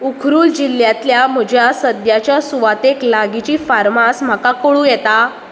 उखरुल जिल्ल्यांतल्या म्हज्या सद्याच्या सुवातेक लागिची फार्मास म्हाका कळूं येता